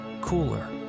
cooler